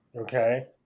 Okay